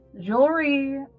jewelry